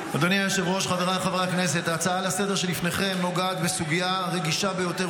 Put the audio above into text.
לסדר-היום שלפניכם נוגעת בסוגיה רגישה ביותר,